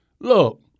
Look